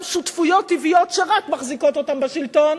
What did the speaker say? שותפויות טבעיות שרק מחזיקות אותן בשלטון,